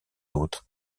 autres